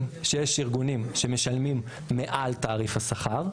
שיש ארגונים שמשלמים מעל תעריף השכר,